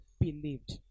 believed